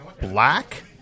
black